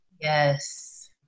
Yes